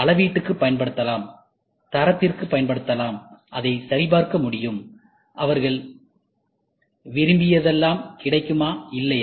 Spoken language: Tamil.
அளவீட்டுக்கு பயன்படுத்தலாம் தரத்திற்கு பயன்படுத்தலாம் அதை சரிபார்க்க முடியும் அவர்கள் விரும்பியதெல்லாம் கிடைக்குமா இல்லையா